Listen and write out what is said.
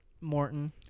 Morton